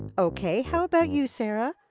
okay, how about you sarah?